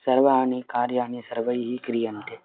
सर्वाणि कार्याणि सर्वैः क्रियन्ते